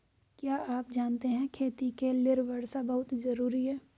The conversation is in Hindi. क्या आप जानते है खेती के लिर वर्षा बहुत ज़रूरी है?